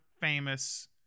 famous